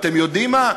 אתם יודעים מה,